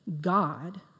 God